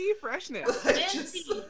freshness